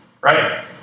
Right